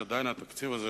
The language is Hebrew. שעדיין התקציב הזה,